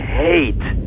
hate